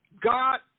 God